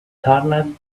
turned